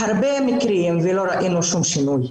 הרבה מקרים, ולא ראינו שום שינוי.